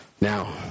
Now